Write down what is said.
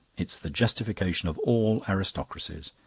it's the justification of all aristocracies.